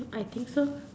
I think so